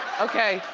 okay,